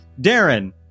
Darren